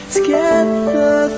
Together